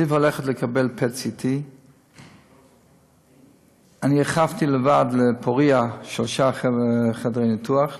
זיו הולך לקבל PET-CT. אני הרחבתי לבד לפוריה שלושה חדרי ניתוח לאחרונה,